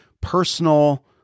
personal